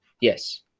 yes